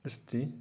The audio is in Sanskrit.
अस्ति